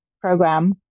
program